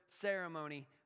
ceremony